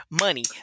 money